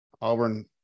Auburn